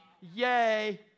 Yay